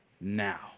Now